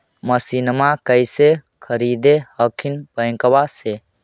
मसिनमा कैसे खरीदे हखिन बैंकबा से?